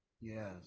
Yes